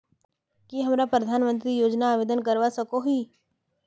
की हमरा प्रधानमंत्री योजना आवेदन करवा सकोही?